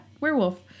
werewolf